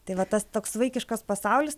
tai va tas toks vaikiškas pasaulis